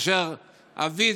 כאשר אבי,